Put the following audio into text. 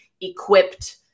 equipped